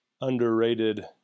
underrated